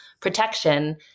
protection